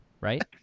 right